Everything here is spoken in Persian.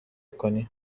کنی